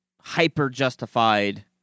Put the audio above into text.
hyper-justified